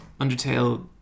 Undertale